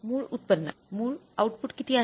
मूळ उत्पन्न मूळ आउटपुट किती आहे